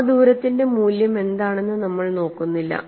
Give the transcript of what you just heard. ആ ദൂരത്തിന്റെ മൂല്യം എന്താണെന്ന് നമ്മൾ നോക്കുന്നില്ല